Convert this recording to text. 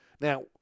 Now